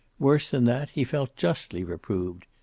worse than that, he felt justly reproved.